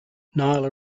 nile